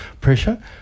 pressure